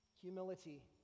humility